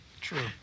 True